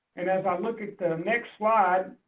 and as i look at the next slide